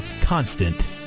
constant